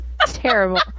Terrible